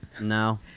No